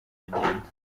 bigenda